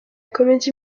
comédie